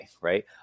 right